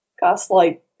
gaslight